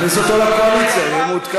תכניסו אותו לקואליציה, הוא יהיה מעודכן.